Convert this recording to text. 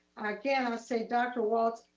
again, i'm gonna say dr. walts,